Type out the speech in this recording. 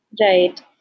Right